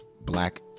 black